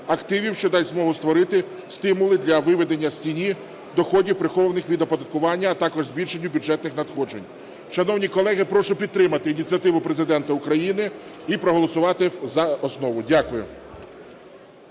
активів, що дасть змогу створити стимули для виведення з тіні доходів, прихованих від оподаткування, а також збільшенню бюджетних надходжень. Шановні колеги, прошу підтримати ініціативу Президента України і проголосувати за основу. Дякую.